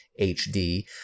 HD